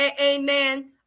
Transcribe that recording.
amen